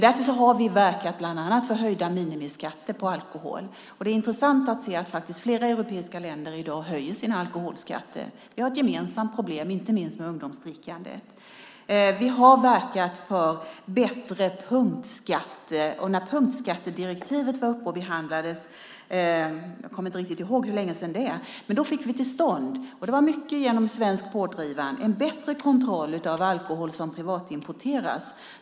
Därför har vi verkat bland annat för höjda minimiskatter på alkohol. Det är intressant att se att flera europeiska länder i dag höjer sina alkoholskatter. Vi har ett gemensamt problem, inte minst med ungdomsdrickandet. Vi har verkat för bättre punktskatter. När punktskattedirektivet var uppe och behandlades - jag kommer inte riktigt ihåg hur länge sedan det är - fick vi till stånd, mycket genom svenskt pådrivande, en bättre kontroll av alkohol som privatimporteras.